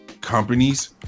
companies